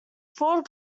ford